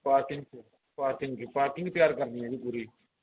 parking 'ਚ parking 'ਚ parking ਤਿਆਰ ਕਰਨੀ ਹੈ ਜੀ ਪੂਰੀ